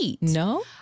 No